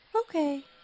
okay